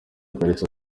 kalisa